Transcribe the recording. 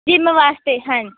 gym ਵਾਸਤੇ ਹਾਂਜੀ